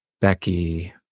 Becky